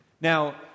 Now